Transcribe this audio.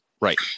right